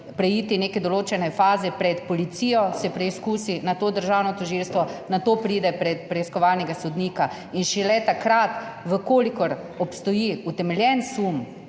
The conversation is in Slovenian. preiti neke določene faze, pred policijo se preizkusi, nato državno tožilstvo, nato pride pred preiskovalnega sodnika in šele takrat, če obstoji utemeljen sum,